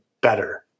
better